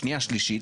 שנייה שלישית,